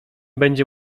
będzie